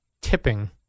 tipping